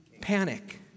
panic